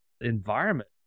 environment